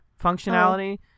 functionality